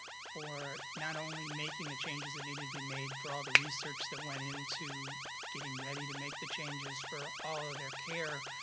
for not only making the changes that needed to be made for all the research that went into getting ready to make the changes for all of their care.